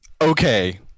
okay